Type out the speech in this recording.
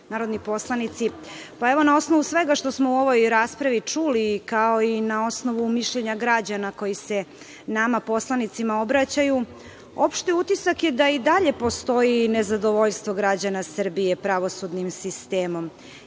narodni poslanici, na osnovu svega što smo u ovoj raspravi čuli, kao i na osnovu mišljenja građana koji se nama poslanicima obraćaju, opšti utisak je da i dalje postoji nezadovoljstvo građana Srbije pravosudnim sistemom. Iako